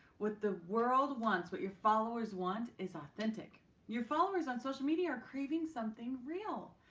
what the world wants, what your followers want, is authentic your followers on social media are craving something real.